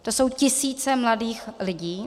To jsou tisíce mladých lidí.